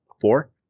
four